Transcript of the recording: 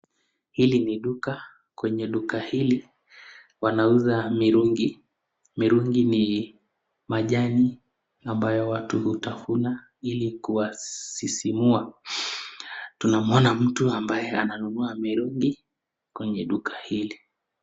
Hili ni duka kwenye duka hili wanauza mirungi. Mirungi ni majani ambayo watu hutafuna ili kuwasisimua tunamwona mtu ambaye ananunua mirungi kwenye duka hili.